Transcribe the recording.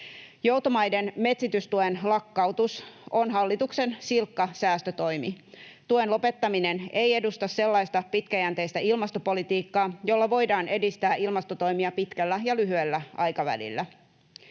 Joutomaiden metsitystuen lakkautus on hallituksen silkka säästötoimi. Tuen lopettaminen ei edusta sellaista pitkäjänteistä ilmastopolitiikkaa, jolla voidaan edistää ilmastotoimia pitkällä ja lyhyellä aikavälillä.